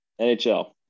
NHL